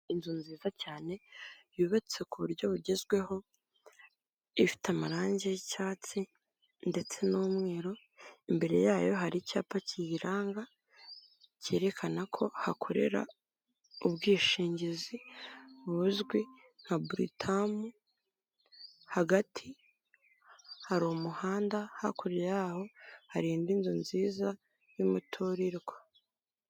Inzu nziza cyane yubatse ku buryo bugezweho ifite amarange y'icyatsi ndetse n'umweru imbere yayo hari icyapa kiyiranga cyerekana ko hakorera ubwishingizi buzwi nka buritamu hagati hari umuhanda hakurya yaho hari indi nzu nziza y'umuturirwa.